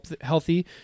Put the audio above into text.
healthy